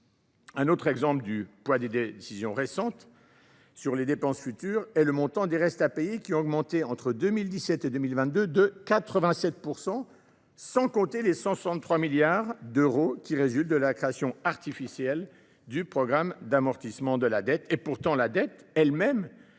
Un autre exemple du poids des décisions présentes sur les dépenses futures est le montant des restes à payer, qui ont augmenté entre 2017 et 2022 de 87 %, sans compter les 163 milliards d’euros résultant de la création artificielle du programme d’amortissement de la dette.